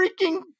freaking